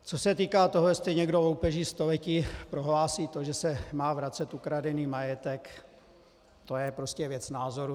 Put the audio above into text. Co se týká toho, jestli někdo loupeží století prohlásí to, že se má vracet ukradený majetek, to je prostě věc názoru.